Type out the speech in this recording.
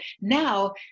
now